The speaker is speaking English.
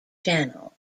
channel